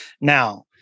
Now